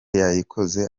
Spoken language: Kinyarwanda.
yayikoze